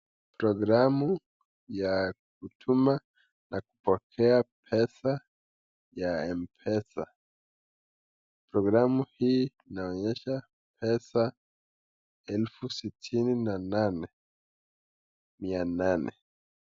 Programu ya kutuma na kupokea pesa ya mpesa. Programu hii inaonyesha pesa elfu sitini na nane mia nane.